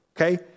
Okay